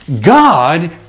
God